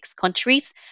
countries